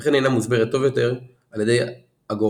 וכן אינה מוסברת טוב יותר על ידי אגורפוביה,